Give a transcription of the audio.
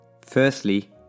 Firstly